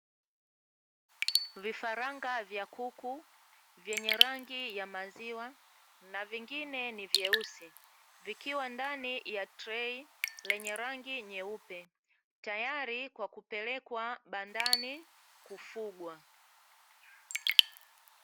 Vifaranga vya kuku vyenye rangi ya maziwa na vingine ni vyeusi, vikiwa ndani ya trei lenye rangi nyeupe, tayari kwa kupelekwa bandani kufugwa.